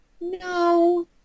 No